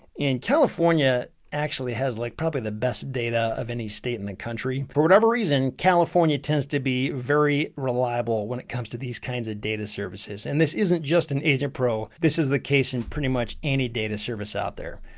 california actually has like probably the best data of any state in the country. for whatever reason, california tends to be very reliable when it comes to these kinds of data services. and this isn't just an agentpro, this is the case in pretty much any data service out there.